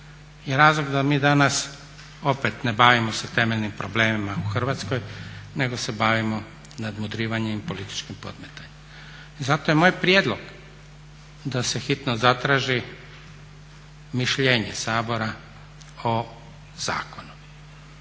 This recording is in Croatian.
razlog da mi danas opet ne bavimo se temeljnim problemima u Hrvatskoj nego se bavimo nadmudrivanjem i političkim podmetanjem. Zato je moj prijedlog da se hitno zatraži mišljenje Sabora o zakonu.